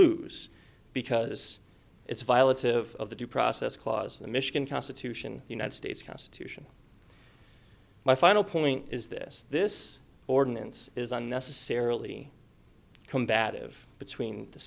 lose because it's violence of the due process clause of the michigan constitution united states constitution my final point is this this ordinance is unnecessarily combative between the